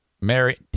married